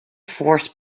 force